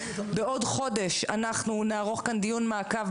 בעוד חודש אנחנו נערוך כאן דיון מעקב,